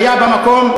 היה במקום.